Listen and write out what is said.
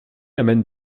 amène